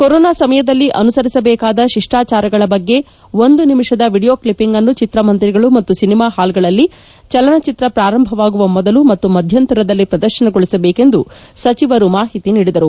corona ಸಮಯದಲ್ಲಿ ಅನುಸರಿಸಬೇಕಾದ ಶಿಷ್ಟಾಚಾರಗಳ ಬಗ್ಗೆ ಒಂದು ನಿಮಿಷದ ವಿಡಿಯೋ ಕ್ಷಿಪಿಂಗ್ ಅನ್ನು ಚಿಕ್ರಮಂದಿರಗಳು ಮತ್ತು ಸಿನೆಮಾ ಪಾಲ್ಗಳಲ್ಲಿ ಚಲನಚಿತ್ರ ಪ್ರಾರಂಭವಾಗುವ ಮೊದಲು ಮತ್ತು ಮಧ್ಯಂತರದಲ್ಲಿ ಪ್ರದರ್ಶನಗೊಳಿಸಬೇಕು ಎಂದು ಸಚಿವರು ಮಾಹಿತಿ ನೀಡಿದರು